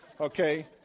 okay